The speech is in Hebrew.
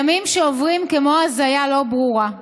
ימים שעוברים כמו הזיה לא ברורה.